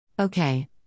Okay